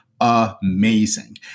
Amazing